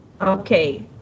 Okay